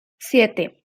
siete